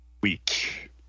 week